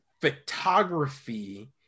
photography